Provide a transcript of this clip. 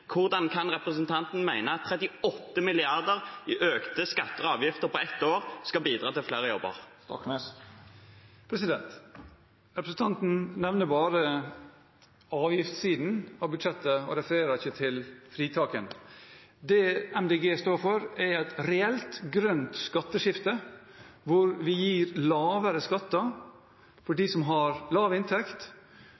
Hvordan kan representanten mene at 38 mrd. kr i økte skatter og avgifter på ett år skal bidra til flere jobber? Representanten nevner bare avgiftssiden av budsjettet og refererer ikke til fritakene. Det MDG står for, er et reelt grønt skatteskifte, hvor vi gir lavere skatter for